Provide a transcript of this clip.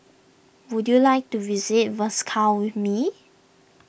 would you like to visit Moscow with me